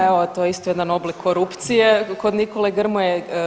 Evo to je isto jedan oblik korupcije kod Nikole Grmoje.